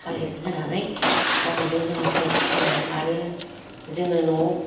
थालेर होनानै दा बेजों जोंहा प्राइसिट खालामो आरो जोङो न'आव